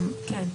כן.